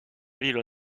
ville